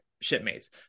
shipmates